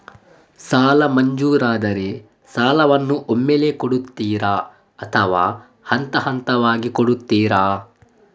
ಸಾಲ ಮಂಜೂರಾದರೆ ಸಾಲವನ್ನು ಒಮ್ಮೆಲೇ ಕೊಡುತ್ತೀರಾ ಅಥವಾ ಹಂತಹಂತವಾಗಿ ಕೊಡುತ್ತೀರಾ?